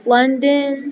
London